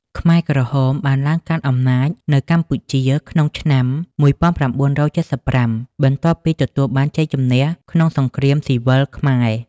ខ្មែរក្រហមបានឡើងកាន់អំណាចនៅកម្ពុជាក្នុងឆ្នាំ ១៩៧៥ បន្ទាប់ពីទទួលបានជ័យជម្នះក្នុងសង្គ្រាមស៊ីវិលខ្មែរ។